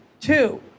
Two